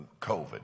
COVID